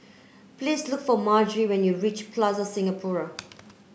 please look for Margery when you reach Plaza Singapura